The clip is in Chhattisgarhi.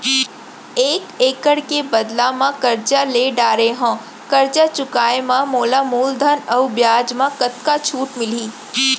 एक एक्कड़ के बदला म करजा ले डारे हव, करजा चुकाए म मोला मूलधन अऊ बियाज म कतका छूट मिलही?